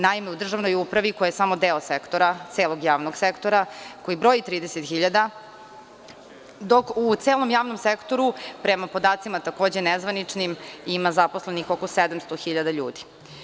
Naime, u državnoj upravi koja je samo deo sektora javnog, koji broji 30 hiljada, dok u celom javnom sektoru prema podacima, takođe nezvaničnim, ima zaposlenih oko 700 hiljada ljudi.